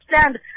stand